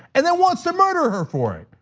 and then wants to murder her for it.